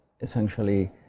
essentially